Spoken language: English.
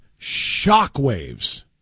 shockwaves